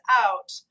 out